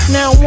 Now